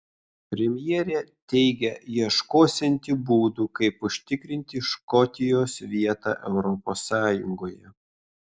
premjerė teigia ieškosianti būdų kaip užtikrinti škotijos vietą europos sąjungoje